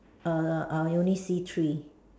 err I only see three